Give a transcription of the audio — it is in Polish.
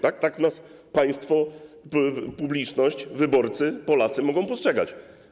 Tak nas państwo, publiczność, wyborcy, Polacy mogą postrzegać.